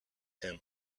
him